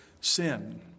sin